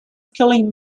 killing